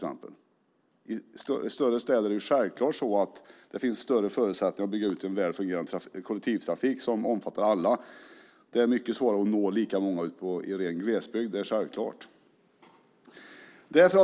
I större städer finns det naturligtvis större förutsättningar att bygga ut en väl fungerande kollektivtrafik som omfattar alla. Det är mycket svårare att nå lika många i glesbygd. Det är självklart.